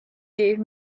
gave